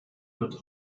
wird